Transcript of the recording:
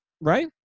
Right